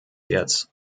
jetzt